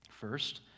First